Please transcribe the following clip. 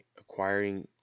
acquiring